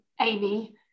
Amy